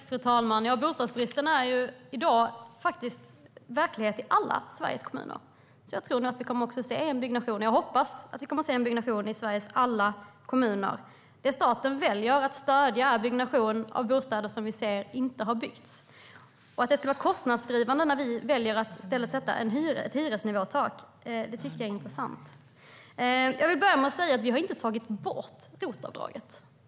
Fru talman! Bostadsbristen är i dag verklighet i alla Sveriges kommuner, så jag tror nog att vi kommer att se byggnation. Jag hoppas att vi kommer att se byggnation i Sveriges alla kommuner. Det staten väljer att stödja är byggnation av bostäder som vi ser inte har byggts. Att det skulle vara kostnadsdrivande att vi väljer att i stället sätta ett hyresnivåtak tycker jag är intressant. Vi har inte tagit bort ROT-avdraget.